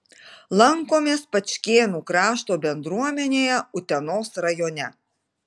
lankomės pačkėnų krašto bendruomenėje utenos rajone